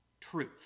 truth